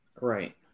Right